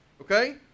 Okay